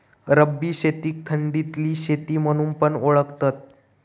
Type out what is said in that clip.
रब्बी शेतीक थंडीतली शेती म्हणून पण ओळखतत